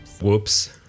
whoops